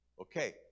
Okay